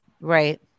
Right